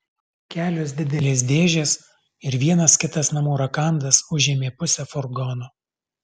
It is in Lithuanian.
kelios didelės dėžės ir vienas kitas namų rakandas užėmė pusę furgono